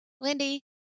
Lindy